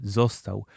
został